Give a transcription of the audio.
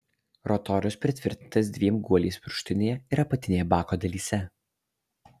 rotorius pritvirtintas dviem guoliais viršutinėje ir apatinėje bako dalyse